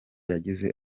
yagize